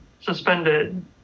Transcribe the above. suspended